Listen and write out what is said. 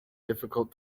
difficult